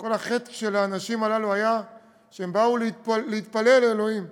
שכל חטאם היה שהם באו להתפלל לאלוקים.